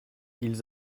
ils